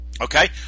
Okay